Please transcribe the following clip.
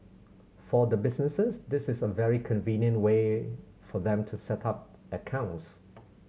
for the businesses this is a very convenient way for them to set up accounts